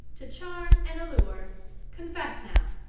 to charm and allure confess now.